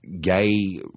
gay